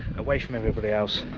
away from everybody else,